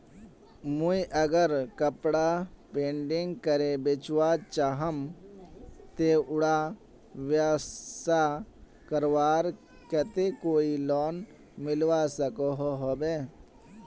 मुई अगर कपड़ा पेंटिंग करे बेचवा चाहम ते उडा व्यवसाय करवार केते कोई लोन मिलवा सकोहो होबे?